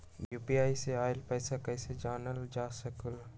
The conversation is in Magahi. यू.पी.आई से आईल पैसा कईसे जानल जा सकहु?